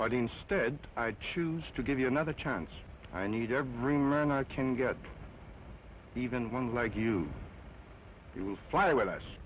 but instead i choose to give you another chance i need every man i can get even one like you who will fly with us